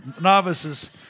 novices